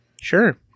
Sure